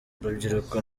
urubyiruko